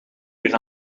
weer